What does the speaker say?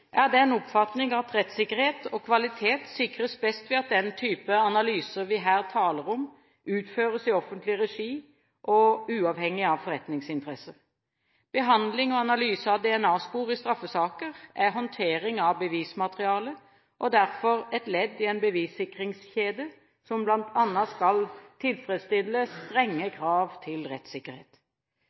den oppfatning at rettssikkerhet og kvalitet best sikres ved at den type analyser vi her taler om, utføres i offentlig regi og uavhengig av forretningsinteresser. Behandling og analyse av DNA-spor i straffesaker er håndtering av bevismateriale og derfor et ledd i en bevissikringskjede som bl.a. skal tilfredsstille strenge krav til rettssikkerhet.